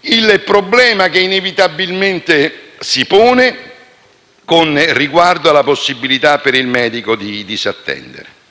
il problema che inevitabilmente si pone con riguardo alla possibilità per il medico di disattenderle?